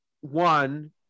one